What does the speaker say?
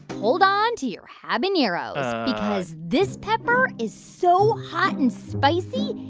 hold on to your habaneros because this pepper is so hot and spicy,